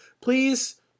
please